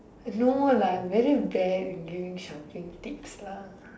no lah I'm very bad at giving shopping tips lah